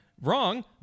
Wrong